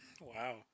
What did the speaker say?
Wow